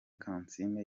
kansiime